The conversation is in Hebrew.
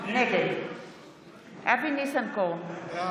נגד אבי ניסנקורן,